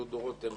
דודו רותם